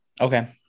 Okay